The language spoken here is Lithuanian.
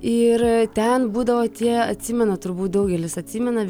ir ten būdavo tie atsimenu turbūt daugelis atsimena